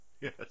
yes